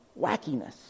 wackiness